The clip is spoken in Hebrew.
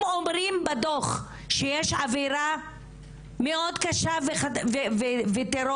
אם אומרים בדוח שיש אווירה מאוד קשה וטרור,